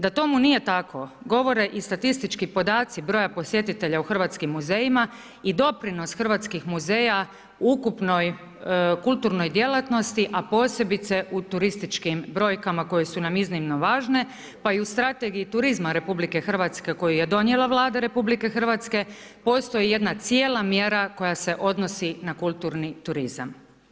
Da tomu nije tako govore i statistički podaci broja posjetitelja u hrvatskim muzejima i doprinos hrvatskih muzeja ukupnoj kulturnoj djelatnosti, a posebice u turističkim brojkama koje su nam iznimno važne pa i u strategiji turizma RH koju je donijela Vlada RH postoji jedna cijela mjera koja se odnosi na kulturni turizam.